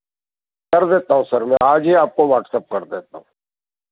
कर देता हूँ सर मैं आज ही आपको वाट्सअप कर देता हूँ